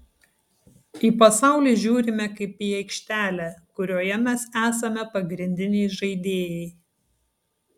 į pasaulį žiūrime kaip į aikštelę kurioje mes esame pagrindiniai žaidėjai